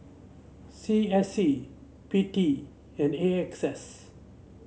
C S C P T and A X S